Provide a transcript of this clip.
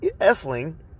Essling